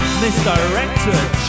misdirected